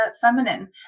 feminine